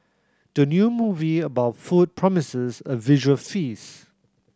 the new movie about food promises a visual feast